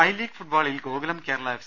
I League ഫുട്ബോളിൽ Gokulam Kerala F